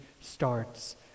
starts